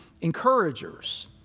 encouragers